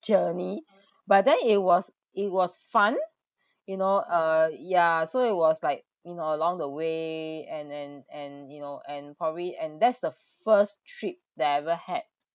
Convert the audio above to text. journey but it was it was fun you know uh yeah so it was like you know along the way and and and you know and probably and that's the first trip that I ever had